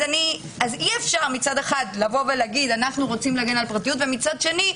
אי אפשר מצד אחד לומר: אנו רוצים להגן על הפרטיות ומצד שני,